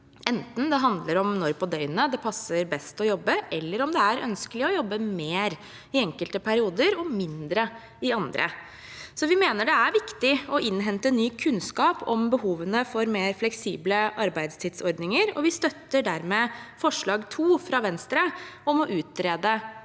enten det handler om når på døgnet det passer best å jobbe, eller om det er ønskelig å jobbe mer i enkelte perioder og mindre i andre. Vi mener det er viktig å innhente ny kunnskap om behovene for mer fleksible arbeidstidsordninger, og vi støtter dermed forslag nr. 4, fra Venstre, om å utrede dette.